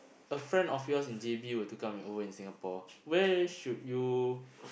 a friend of yours in J_B were to come in over in Singapore where should you